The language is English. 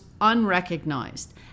unrecognized